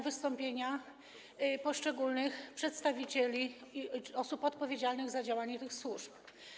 wystąpienia poszczególnych przedstawicieli i osób odpowiedzialnych za działanie tych służb.